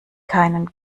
keinen